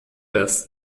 pés